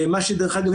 דרך אגב,